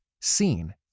seen